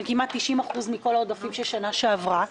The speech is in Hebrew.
שזה כמעט 90% מכל העודפים של שנה שעברה,